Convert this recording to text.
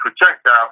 projectile